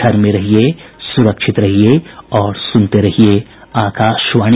घर में रहिये सुरक्षित रहिये और सुनते रहिये आकाशवाणी